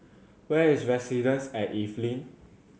where is Residences at Evelyn